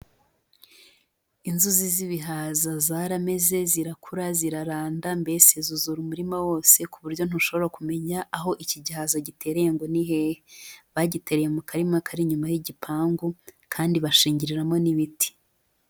Inzuzi z'ibihaza zarameze, zirakura, ziraranda mbese zuzura umurima wose ku buryo ntushobora kumenya aho iki igihaza gitereye ngo ni hehe, bagitereye mu karima kari inyuma y'igipangu kandi bashingiriramo n'ibiti.